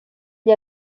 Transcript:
gli